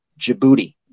Djibouti